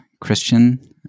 Christian